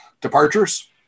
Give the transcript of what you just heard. departures